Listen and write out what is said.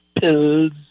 pills